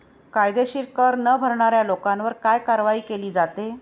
कायदेशीर कर न भरणाऱ्या लोकांवर काय कारवाई केली जाते?